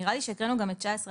נראה לי שקראנו גם את 19א(ד).